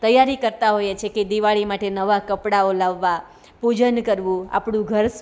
તૈયારી કરતાં હોઈએ છે કે દિવાળી માટે નવાં કપડાંઓ લાવવાં પૂજન કરવું આપણું ઘર